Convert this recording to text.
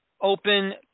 Open